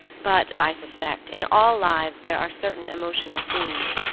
but, i suspect, in all lives there are certain emotional scenes,